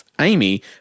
Amy